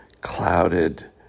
clouded